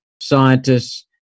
scientists